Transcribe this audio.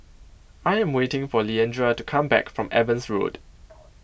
I am waiting for Leandra to come back from Evans Road